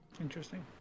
interesting